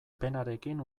penarekin